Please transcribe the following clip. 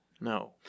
No